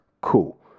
Cool